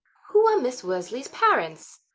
who are miss worsley's parents?